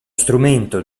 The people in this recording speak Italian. strumento